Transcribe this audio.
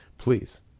please